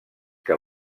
que